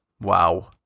Wow